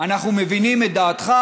אנחנו מבינים את דעתך,